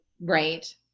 Right